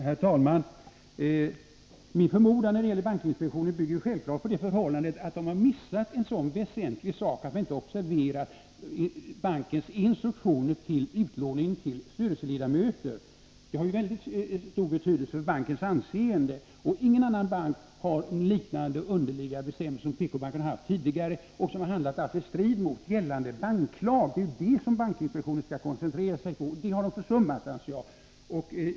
Herr talman! Min förmodan när det gäller bankinspektionen bygger självfallet på det förhållandet att den inte har observerat en så väsentlig sak som instruktionen om utlåning till bankens styrelseledamöter. Att den följs har ju väldigt stor betydelse för bankens anseende. Ingen annan bank har liknande underliga bestämmelser som PK-banken haft tidigare och som har gjort att man handlat i strid mot gällande banklag. Det är ju sådant bankinspektionen skall koncentrera sig på, men det har den enligt min mening försummat.